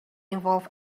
involve